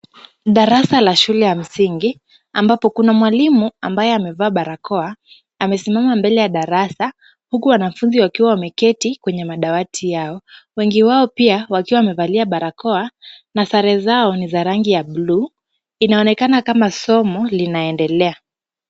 Darasa la shule ya msingi, ambapo kuna mwalimu ambaye amevaa barakoa, amesimama mbele ya darasa huku wanafunzi wakiwa wameketi kwenye madawati yao. Wengi wao pia wakiwa wamevalia barakoa na sare zao ni za rangi ya bluu. Inaonekana kama somo linaendelea.